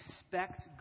Expect